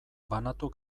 banatu